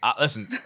listen